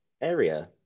area